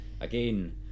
again